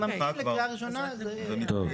טוב,